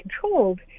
controlled